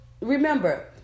remember